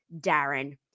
Darren